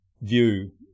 view